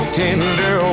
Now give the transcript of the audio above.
tender